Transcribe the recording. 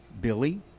Billy